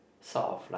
sort of like